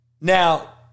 Now